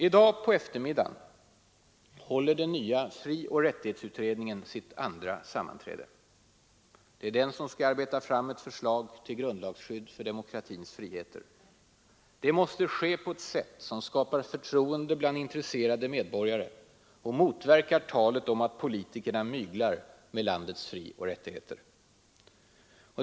I dag på eftermiddagen håller den nya frioch rättighetsutredningen sitt andra sammanträde. Det är den som skall arbeta fram ett förslag till grundlagsskydd för demokratins friheter. Det måste ske på ett sätt som skapar förtroende bland intresserade medborgare och motverkar talet om att politikerna ”myglar” med landets frioch rättigheter.